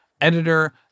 editor